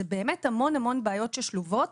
זה באמת המון המון בעיות שלובות,